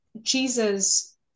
jesus